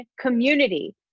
community